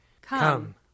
Come